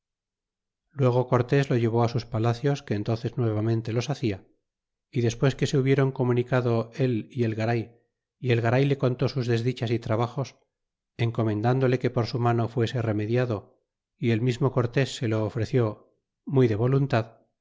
luego cortés lo llevó sus palacios que enunces nuevamente los hacia y despues que se hubiéron comunicado él y el garay y el garay le contó sus desdichas y trabajos encomendándole que por su mano fuese remediado y el mismo cortés se lo ofreció muy de voluntad